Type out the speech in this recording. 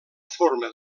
forma